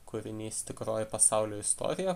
kūrinys tikroji pasaulio istorija